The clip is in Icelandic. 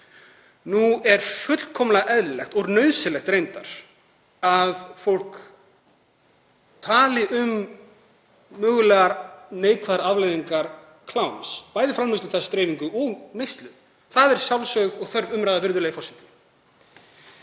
Nú er fullkomlega eðlilegt, og nauðsynlegt reyndar, að fólk tali um mögulegar neikvæðar afleiðingar kláms, bæði framleiðslu, dreifingu og neyslu. Það er sjálfsögð og þörf umræða, virðulegi forseti,